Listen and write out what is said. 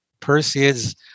Perseids